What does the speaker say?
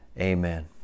amen